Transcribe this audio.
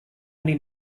many